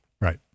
Right